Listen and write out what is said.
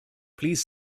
please